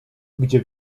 gdzie